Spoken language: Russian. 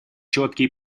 четкие